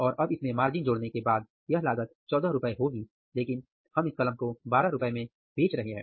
और अब इसमें मार्जिन जोड़ने के बाद यह लागत ₹14 होगी लेकिन हम इस कलम को ₹12 में बेच रहे हैं